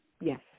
Yes